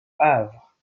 havre